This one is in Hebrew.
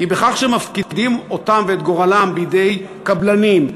כי בכך שמפקידים אותם ואת גורלם בידי קבלנים,